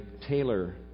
Taylor